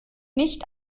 nicht